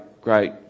great